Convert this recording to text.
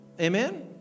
Amen